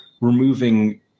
removing